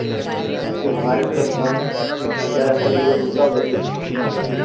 जो हमारे तरफ धान ज़्यादातर यूज़ होता वही